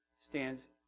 stands